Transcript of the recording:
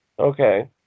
Okay